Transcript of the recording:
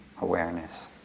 awareness